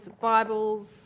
Bibles